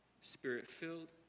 spirit-filled